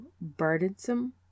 burdensome